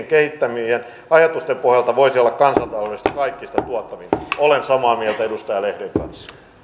kehittämien ajatusten pohjalta voisi olla kansantaloudellisesti kaikista tuottavinta olen samaa mieltä edustaja lehden kanssa